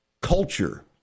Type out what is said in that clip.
culture